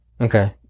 Okay